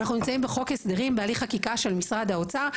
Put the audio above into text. אנחנו נמצאים בחוק הסדרים בהליך חקיקה של משרד האוצר.